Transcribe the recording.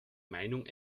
meinung